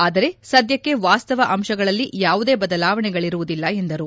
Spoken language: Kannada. ಆದರೆ ಸದ್ಲಕ್ಷೆ ವಾಸ್ತವ ಅಂಶಗಳಲ್ಲಿ ಯಾವುದೇ ಬದಲಾವಣೆಗಳರುವುದಿಲ್ಲ ಎಂದರು